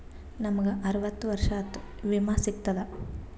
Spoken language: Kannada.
ನಮ್ ಗ ಅರವತ್ತ ವರ್ಷಾತು ವಿಮಾ ಸಿಗ್ತದಾ?